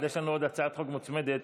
הצעת חוק מוצמדת.